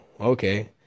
okay